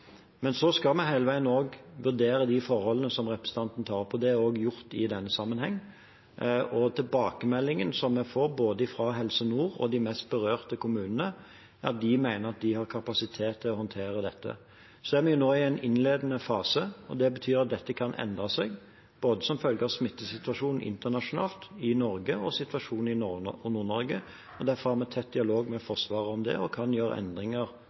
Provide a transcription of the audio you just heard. Men vi skal hele veien også vurdere de forholdene som representanten tar opp, og det har også blitt gjort i denne sammenhengen. Tilbakemeldingen vi får fra både Helse Nord og de mest berørte kommunene, er at de mener at de har kapasitet til å håndtere dette. Vi er nå i en innledende fase, og det betyr at dette kan endre seg som følge av smittesituasjonen internasjonalt, i Norge og i Nord-Norge. Derfor har vi tett dialog med Forsvaret om det og kan gjøre endringer